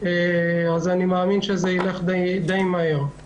אז אני מאמין שזה ילך די מהר.